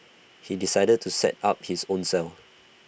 he decided to set up his own cell